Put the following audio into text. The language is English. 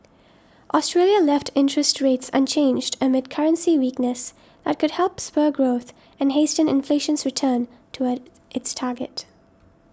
Australia left interest rates unchanged amid currency weakness that could help spur growth and hasten inflation's return toward its target